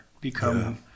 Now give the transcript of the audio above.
become